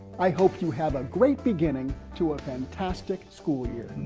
i hope you have a great beginning to a fantastic school year.